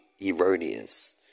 erroneous